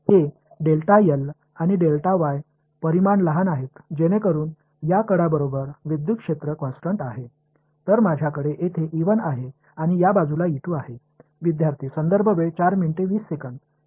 எனவே நான் இந்த இடத்திலிருந்து என் வழியில் இங்கிருந்து ஆரம்பிக்கிறேன் எனவே இந்த மற்றும் இந்த அளவுகள் சிறியவை என்று கருதுவோம் அதாவது இந்த விளிம்புகளில் மின்சார புலம் நிலையானது